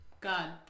God